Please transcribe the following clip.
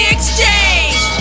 Exchange